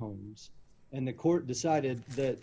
homes and the court decided that